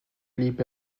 blieb